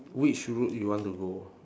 which route you want to go